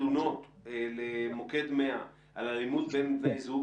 שמספר התלונות למוקד 100 על אלימות בין בני זוג,